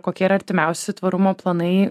kokie yra artimiausi tvarumo planai